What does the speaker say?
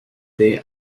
day